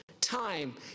time